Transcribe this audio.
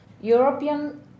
European